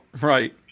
right